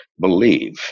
believe